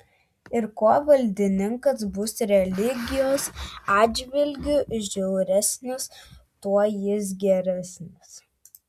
ir kuo valdininkas bus religijos atžvilgiu žiauresnis tuo jis geresnis